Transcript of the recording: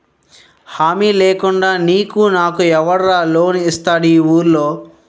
హామీ లేకుండా నీకు నాకు ఎవడురా లోన్ ఇస్తారు ఈ వూళ్ళో?